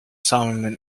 simon